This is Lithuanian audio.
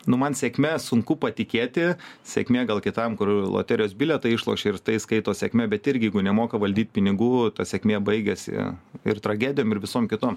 nu man sėkme sunku patikėti sėkmė gal kitam kur loterijos bilietą išlošė ir tai skaito sėkme bet irgi jeigu nemoka valdyti pinigų ta sėkmė baigiasi ir tragedijom ir visom kitom